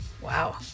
Wow